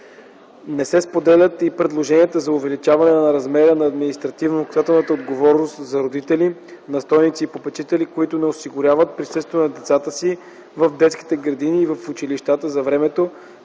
Не се споделят и предложенията за увеличаване на размера на административно-наказателната отговорност за родители, настойници и попечители, които не осигуряват присъствието на децата си в детските градини и в училищата за времето,